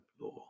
law